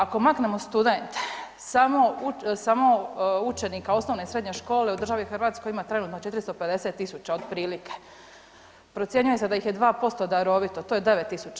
Ako maknemo studente samo učenika osnovne i srednje škole u državi Hrvatskoj ima trenutno 450.000 otprilike, procjenjuje se da ih je 2% darovito, to je 9.000.